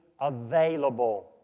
available